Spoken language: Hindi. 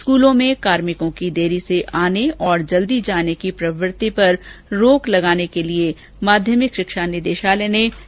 स्कूलो में कार्मिकों की देरी से आने और जल्दी जाने की प्रवृत्ति पर रोक लगाने के लिए माध्यमिक शिक्षा निदेशालय ने यह निर्णय किया है